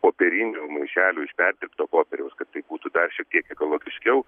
popierinių maišelių iš perdirbto popieriaus kad tai būtų dar šiek tiek ekologiškiau